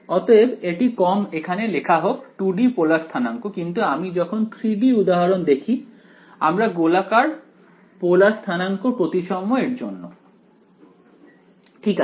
অতএব এটি কম এখানে লেখা হোক 2D পোলার স্থানাংক কিন্তু আমি যখন 3 D উদাহরণ দেখি আমরা গোলাকার পোলার স্থানাঙ্ক প্রতিসাম্য এর জন্য ঠিক আছে